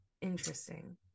interesting